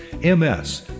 MS